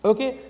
Okay